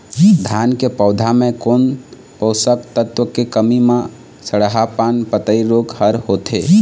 धान के पौधा मे कोन पोषक तत्व के कमी म सड़हा पान पतई रोग हर होथे?